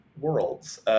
worlds